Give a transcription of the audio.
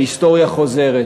ההיסטוריה חוזרת.